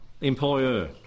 employer